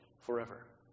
forever